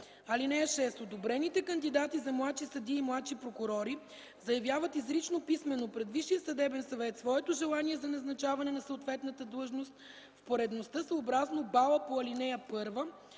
(6) Одобрените кандидати за младши съдии и младши прокурори заявяват изрично писмено пред Висшия съдебен съвет своето желание за назначаване на съответната длъжност в поредността съобразно бала по ал. 1,